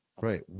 right